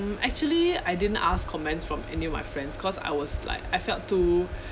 um actually I didn't ask comments from any of my friends cause I was like I felt too